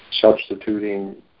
substituting